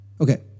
Okay